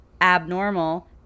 abnormal